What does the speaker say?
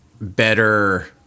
better